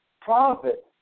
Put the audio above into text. profit